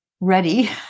ready